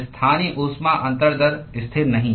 स्थानीय ऊष्मा अंतरण दर स्थिर नहीं है